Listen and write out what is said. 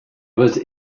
was